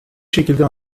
şekilde